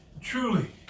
truly